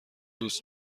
دوست